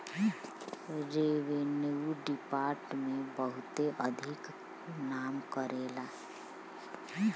revenue department बहुते अधिक नाम करेला